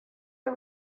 are